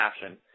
passion